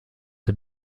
der